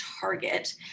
Target